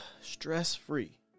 stress-free